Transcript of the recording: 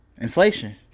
Inflation